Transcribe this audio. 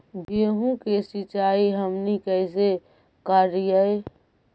गेहूं के सिंचाई हमनि कैसे कारियय?